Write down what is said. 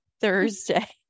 Thursday